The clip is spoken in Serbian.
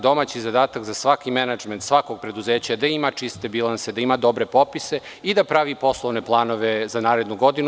Domaći zadatak za svaki menadžment, za svako preduzeće jeste da ima čiste bilanse, da ima dobre popise i da pravi poslovne planove za narednu godinu.